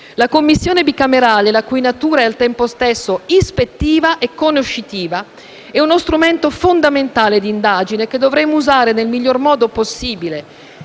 La Commissione bicamerale, la cui natura è al tempo stesso ispettiva e conoscitiva, è uno strumento fondamentale d'indagine, che dovremo usare nel miglior modo possibile,